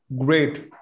Great